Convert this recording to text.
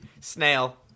Snail